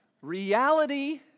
Reality